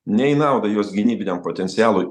ne į nauda jos gynybiniam potencialui